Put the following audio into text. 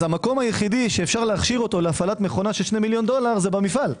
המקום היחיד שאפשר להכשירו להפעלת מכונה של 2 מיליון דולר זה במפעל.